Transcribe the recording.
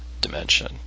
dimension